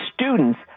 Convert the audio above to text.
students